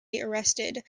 arrested